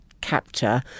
capture